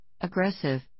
aggressive